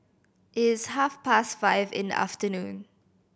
it is half past five in the afternoon